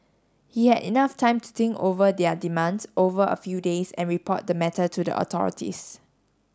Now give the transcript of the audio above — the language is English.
he had enough time to think over their demands over a few days and report the matter to the authorities